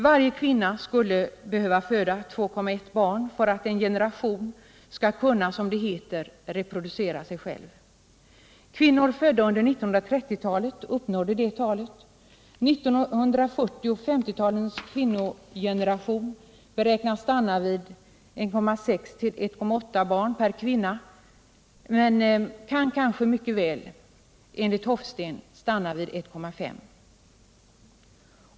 Varje kvinna skulle behöva föda 2,1 barn för att en generation skall kunna, som det heter, reproducera sig själv. Kvinnor födda under 1930-talet uppnådde det talet. För 1940 och 1950-talens kvinnogeneration beräknas antalet stanna vid 1,6-1,8 barn per kvinna, men det kan kanske mycket väl enligt Erland Hofsten stanna vid 1,5.